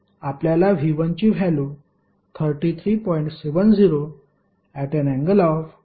आपल्याला V1 ची value 33